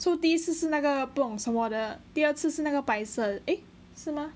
so 第一次是那个不懂什么的第二次是那个白色的 eh 是吗